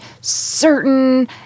certain